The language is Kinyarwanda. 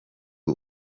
boo